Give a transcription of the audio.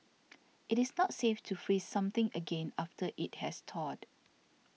it is not safe to freeze something again after it has thawed